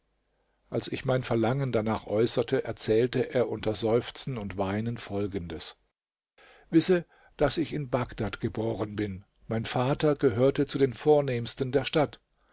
als ich mein verlangen danach äußerte erzählte er unter seufzen und weinen folgendes wisse daß ich in bagdad geboren hin mein vater gehörte zu den vornehmsten der stadt